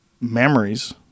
memories